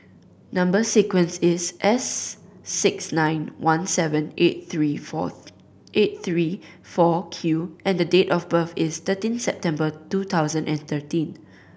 number sequence is S six nine one seven eight three four eight three four Q and the date of birth is thirteen September two thousand and thirteen